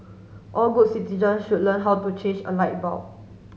all good citizen should learn how to change a light bulb